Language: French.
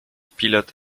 pilote